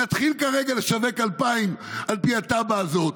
נתחיל כרגע לשווק 2,000 על פי התב"ע הזאת,